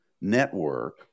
network